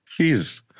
Jeez